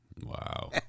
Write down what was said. Wow